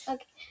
Okay